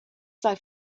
sei